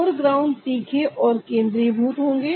foreground तीखे और केंद्रीय भूत होंगे